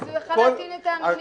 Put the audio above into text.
אז הוא יכול היה להטעין את האנונימי.